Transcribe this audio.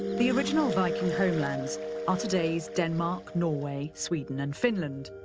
the original viking homelands are today's denmark, norway, sweden and finland